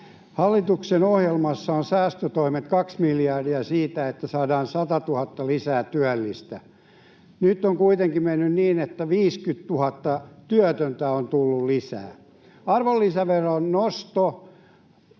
Hallituksen ohjelmassa on säästötoimet kaksi miljardia, että saadaan satatuhatta työllistä lisää. Nyt on kuitenkin mennyt niin, että 50 000 työtöntä on tullut lisää. Arvonlisäveron nosto